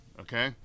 Okay